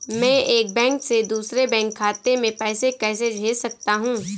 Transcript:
मैं एक बैंक से दूसरे बैंक खाते में पैसे कैसे भेज सकता हूँ?